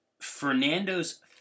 Fernando's